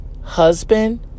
husband